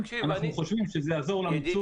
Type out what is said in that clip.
אנחנו חושבים שזה יעזור למיצוב.